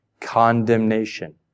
condemnation